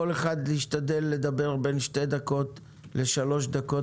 כל אחד ישתדל לדבר בין שתיים לשלוש דקות